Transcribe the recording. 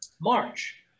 March